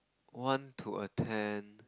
want to attend